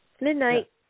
midnight